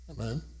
Amen